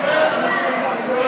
בדבר תוספת תקציב לא נתקבלו.